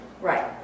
Right